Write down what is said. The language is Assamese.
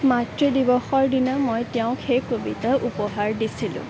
মাতৃ দিৱসৰ দিনা মই তেওঁক সেই কবিতা উপহাৰ দিছিলোঁ